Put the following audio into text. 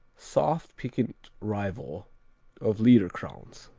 soft, piquant rival of liederkranz.